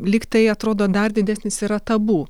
lyg tai atrodo dar didesnis yra tabu